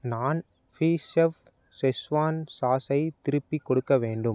நான் ஃபீசெஃப் ஷெஸ்வான் சாஸை திருப்பிக் கொடுக்க வேண்டும்